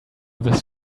this